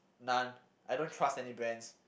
none I don't trust any brands